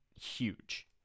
huge